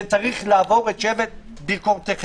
זה צריך לעבור את שבט ביקורתכם.